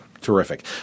terrific